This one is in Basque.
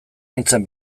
nintzen